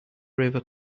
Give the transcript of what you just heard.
river